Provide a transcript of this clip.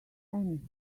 annie